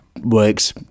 works